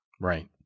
Right